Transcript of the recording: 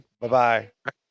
Bye-bye